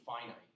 finite